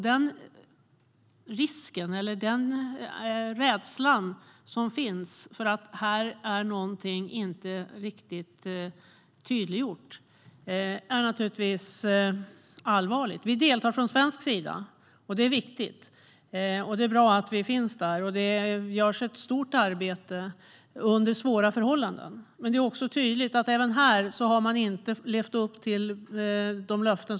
Den rädsla som finns över att det här är något som inte är riktigt tydliggjort är naturligtvis allvarlig. Vi deltar från svensk sida. Det är viktigt, och det är bra att vi finns där. Det görs ett stort arbete under svåra förhållanden. Men det är tydligt att man inte heller här har levt upp till löftena.